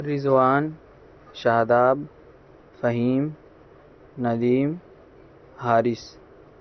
Rizwan Shadab Fahim Nadeem Haris